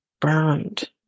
burned